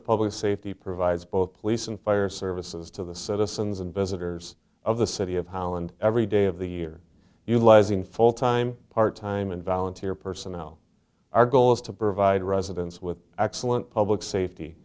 of public safety provides both police and fire services to the citizens and visitors of the city of holland every day of the year utilizing full time part time and volunteer personnel our goal is to provide residents with excellent public safety